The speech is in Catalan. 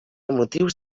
motius